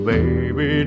Baby